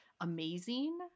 amazing